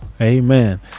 Amen